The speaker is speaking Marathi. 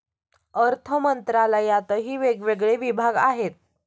अर्थमंत्रालयातही वेगवेगळे विभाग आहेत